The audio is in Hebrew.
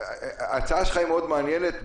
ההצעה שלך מאוד מעניינת.